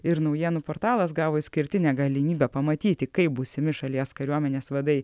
ir naujienų portalas gavo išskirtinę galimybę pamatyti kaip būsimi šalies kariuomenės vadai